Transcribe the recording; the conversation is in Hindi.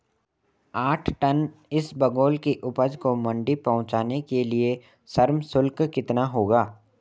आठ टन इसबगोल की उपज को मंडी पहुंचाने के लिए श्रम शुल्क कितना होगा?